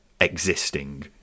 existing